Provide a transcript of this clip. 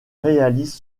réalise